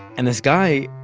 and this guy